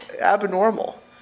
abnormal